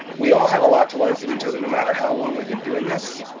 we all have a lot to learn from each other no matter how long we've been doing this.